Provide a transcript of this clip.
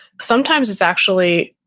sometimes it's actually,